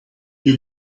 you